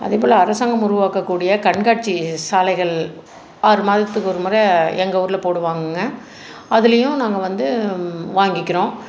அதே போல் அரசாங்கம் உருவாக்கக்கூடிய கண்காட்சி சாலைகள் ஆறு மாதத்துக்கு ஒருமுறை எங்கள் ஊரில் போடுவாங்கங்க அதுலேயும் நாங்கள் வந்து வாங்கிக்கிறோம்